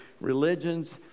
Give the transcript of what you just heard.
religions